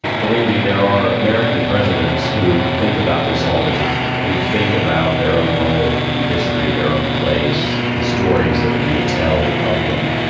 believe me, there are american presidents who think about this all the time, who think about their own role in history, their own place. the stories that we will tell of them.